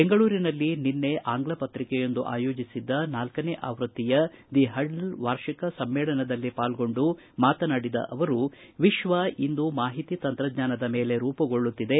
ಬೆಂಗಳೂರಿನಲ್ಲಿ ನಿನ್ನೆ ಆಂಗ್ಲ ಪತ್ರಿಕೆಯೊಂದು ಆಯೋಜಿಸಿದ್ದ ನಾಲ್ಕನೇ ಆವೃತ್ತಿಯ ದಿ ಪಡಲ್ ವಾರ್ಷಿಕ ಸಮ್ಮೇಳನದಲ್ಲಿ ಪಾಲ್ಗೊಂಡು ಮಾತನಾಡಿದ ಅವರು ವಿಶ್ವ ಇಂದು ಮಾಹಿತಿ ತಂತ್ರಜ್ಞಾನದ ಮೇಲೆ ರೂಪುಗೊಳ್ಳುತ್ತಿದೆ